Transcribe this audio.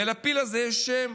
ולפיל הזה יש שם,